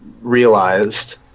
realized